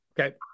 Okay